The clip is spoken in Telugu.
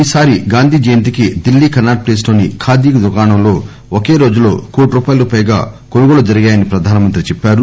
ఈసారి గాంధీ జయంతి కి ఢిల్లీ కన్నాట్ ప్లస్ లోని ఖాదీ దుకాణంలో ఒకే రోజులో కోటి రూపాయలకు పైగా కొనుగోళ్లు జరిగాయని ప్రధానమంత్రి చెప్పారు